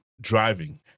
driving